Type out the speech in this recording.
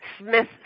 Smith